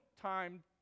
time